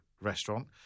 restaurant